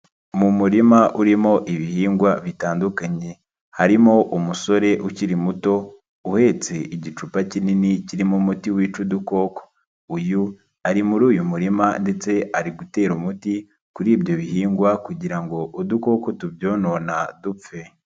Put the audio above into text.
Mu murima urimo ibihingwa bitandukanye harimo umusore ukiri muto uhetse igicupa kinini kirimo umuti wica udukoko, uyu ari muri uyu murima ndetse ari gutera umuti kuri ibyo bihingwa kugira ngo udukoko tubyonona dupfe.